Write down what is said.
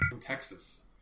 Texas